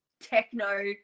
techno